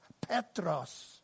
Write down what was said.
Petros